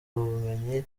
ubumenyi